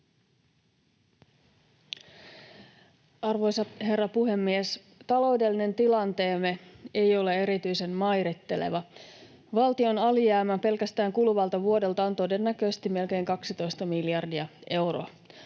Arvoisa herra puhemies! Taloudellinen tilanteemme ei ole erityisen mairitteleva. Valtion alijäämä pelkästään kuluvalta vuodelta on todennäköisesti melkein 12 miljardia euroa.